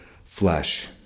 flesh